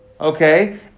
Okay